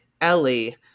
Ellie